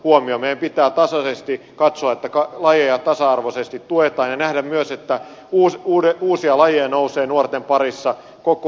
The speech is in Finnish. meidän pitää tasaisesti katsoa että lajeja tasa arvoisesti tuetaan ja nähdä myös että uusia lajeja nousee nuorten parissa koko ajan